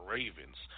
Ravens